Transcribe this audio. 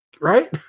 right